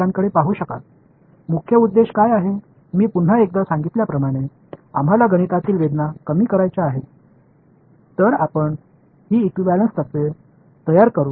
இந்த பாடத்தை சுருக்கமாக மேக்ஸ்வெல்லின் Maxwell's சமன்பாடுகள் மற்றும் பௌண்டரி கண்டிஷன்ஸ் களுடன் தொடங்கினோம் சக்தியைப் பார்த்தோம் இவை இரண்டும் எலெக்ட்ரோமேக்னெட்டிக்ஸ் முன்னேறிய கருத்துக்கள்